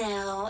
Now